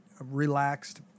relaxed